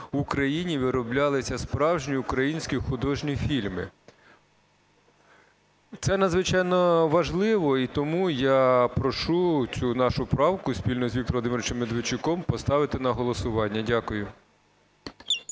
в Україні вироблялися справжні українські художні фільми. Це надзвичайно важливо, і тому я прошу цю нашу правку спільно з Віктором Володимировичем Медведчуком поставити на голосування. Дякую.